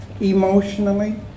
emotionally